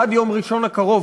עד יום ראשון הקרוב,